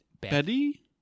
Betty